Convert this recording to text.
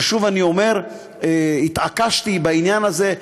אבל שוב אני אומר: התעקשתי בעניין הזה,